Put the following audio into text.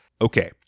okay